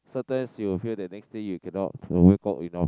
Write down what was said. sometimes you will feel the next day you cannot wake up enough